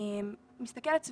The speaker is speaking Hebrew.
אני מסתכלת סביבי,